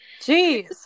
Jeez